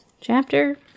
chapter